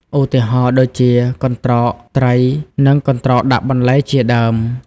ឧទាហរណ៍ដូចជា កន្ត្រកត្រី និង កន្ត្រកដាក់បន្លែ ជាដើម។